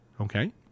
okay